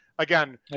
Again